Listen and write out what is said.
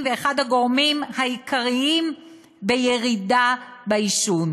ואחד הגורמים העיקריים לירידה בעישון.